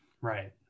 right